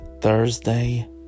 Thursday